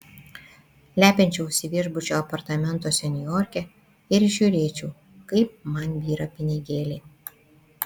lepinčiausi viešbučio apartamentuose niujorke ir žiūrėčiau kaip man byra pinigėliai